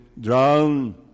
drown